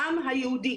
העם היהודי